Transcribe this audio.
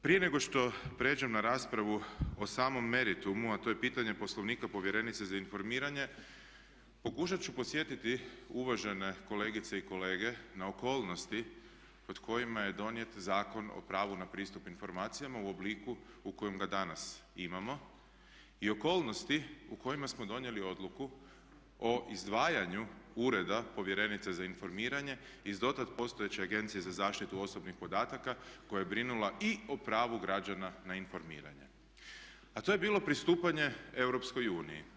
Prije nego što prijeđem na raspravu o samom meritumu, a to je pitanje Poslovnika povjerenice za informiranje, pokušat ću podsjetiti uvažene kolegice i kolege na okolnosti pod kojima je donijet Zakon o pravu na pristup informacijama u obliku u kojem ga danas imamo i okolnosti u kojima smo donijeli Odluku o izdvajanju Ureda povjerenice za informiranje iz dotad postojeće Agencije za zaštitu osobnih podataka koja je brinula i o pravu građana na informiranje, a to je bilo pristupanje EU.